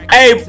Hey